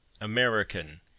american